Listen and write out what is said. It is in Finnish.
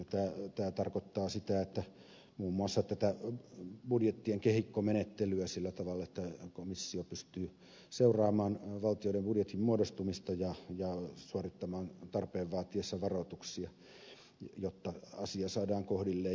tämä tarkoittaa muun muassa budjettien kehikkomenettelyä sillä tavalla että komissio pystyy seuraamaan valtioiden budjetin muodostumista ja suorittamaan tarpeen vaatiessa varoituksia jotta asia saadaan kohdilleen